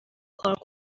کار